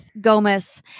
Gomez